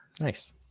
nice